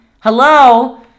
Hello